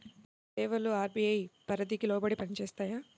ఈ సేవలు అర్.బీ.ఐ పరిధికి లోబడి పని చేస్తాయా?